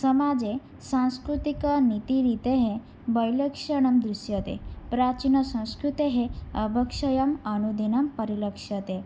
समाजे सांस्कृतिकनीतिरीतेः वैलक्षण्यं दृश्यते प्राचीनसंस्कृतेः अवक्षयः अनुदिनं परिलक्ष्यते